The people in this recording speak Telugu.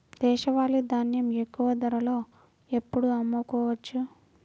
దేశవాలి ధాన్యం ఎక్కువ ధరలో ఎప్పుడు అమ్ముకోవచ్చు?